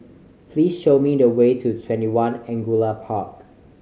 please show me the way to TwentyOne Angullia Park